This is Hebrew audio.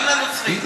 גם לנוצרים.